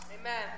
Amen